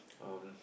um